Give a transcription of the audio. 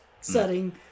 setting